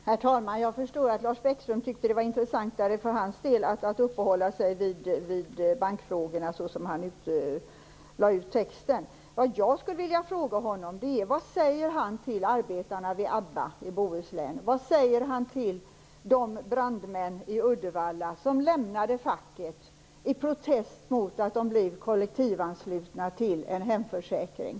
Herr talman! Jag förstår, som Lars Bäckström lade ut texten, att han för sin del tyckte att det var intressantare att upprätthålla sig vid bankfrågorna. Vad jag skulle vilja fråga honom är: Vad säger han till arbetarna vid Abba i Bohuslän och till de brandmän i Uddevalla som lämnade facket i protest mot att de blir kollektivanslutna till en hemförsäkring?